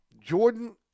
Jordan